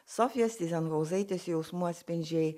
sofijos tyzenhauzaitės jausmų atspindžiai